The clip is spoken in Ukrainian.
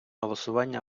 голосування